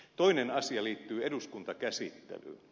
toinen asia liittyy eduskuntakäsittelyyn